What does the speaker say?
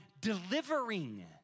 delivering